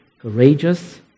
courageous